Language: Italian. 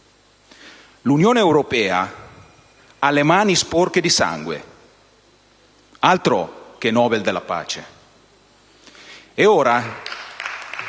L'Unione europea ha le mani sporche di sangue, altro che Nobel della pace!